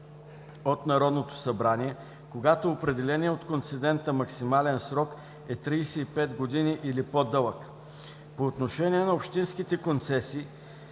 от Народното събрание, когато определеният от концедента максимален срок е 35 години или по-дълъг. По отношение на общинските концесии,